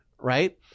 right